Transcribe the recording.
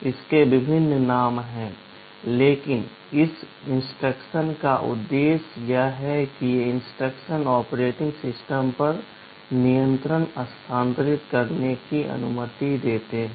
इसके विभिन्न नाम हैं लेकिन इस इंस्ट्रक्शन का उद्देश्य यह है कि ये इंस्ट्रक्शन ऑपरेटिंग सिस्टम पर नियंत्रण स्थानांतरित करने की अनुमति देते हैं